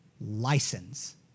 license